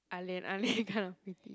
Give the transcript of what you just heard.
ah-lian ah-lian kind of pretty